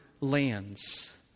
lands